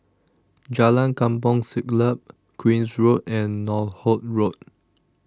Jalan Kampong Siglap Queen's Road and Northolt Road